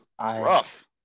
Rough